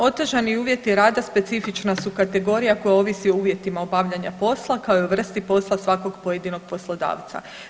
Otežani uvjeti rada specifična su kategorija koja ovisi o uvjetima obavljanja posla, kao i o vrsti posla svakog pojedinog poslodavca.